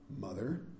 mother